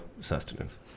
sustenance